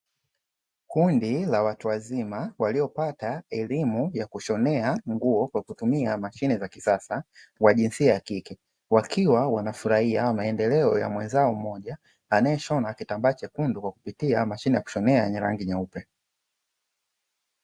Kundi la watu wazima waliopata elimu ya kushonea nguo kwa kutumia mashine za kisasa wa jinsia ya kike, wakiwa wanafurahia maendeleo ya mwenzao mmoja, anayeshona kitambaa chekundu kwa kupitia mashine ya kushonea yenye rangi nyeupe.